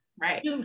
Right